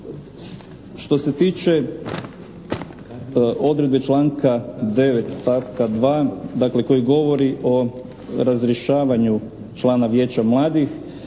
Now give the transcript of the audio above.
To se tiče odredbe članka 9. stavka 2. koji govori o razrješavanju člana vijeća mladih,